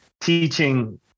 teaching